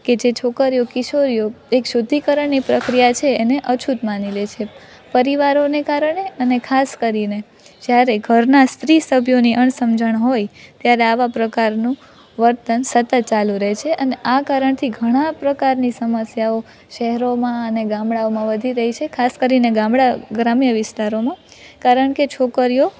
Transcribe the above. કે જે છોકરીઓ કિશોરીઓ એક શુદ્ધિકરણની પ્રક્રિયા છે એને અછૂત માની લે છે પરિવારોને કારણે અને ખાસ કરીને જ્યારે ઘરનાં સ્ત્રી સભ્યોની અણ સમજણ હોય ત્યારે આવા પ્રકારનું વર્તન સતત ચાલું રહે છે અને આ કારણથી ઘણા પ્રકારની સમસ્યાઓ શેહરોમાં અને ગામડાઓમાં વધી રહી છે ખાસ કરીને ગામડા ગ્રામ્ય વિસ્તારોમાં કારણ કે છોકરીઓ